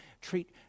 treat